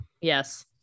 Yes